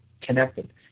Connected